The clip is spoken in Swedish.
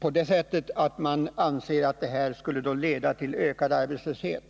är att man anser att de föreslagna åtgärderna skulle leda till ökad arbetslöshet.